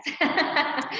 Yes